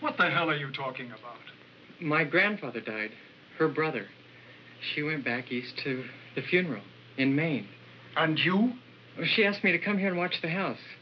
what the hell are you talking about my grandfather died her brother she went back east of the funeral in maine and you she asked me to come here watch the house